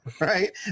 Right